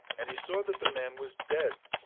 and he saw that the man was dead,